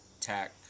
tech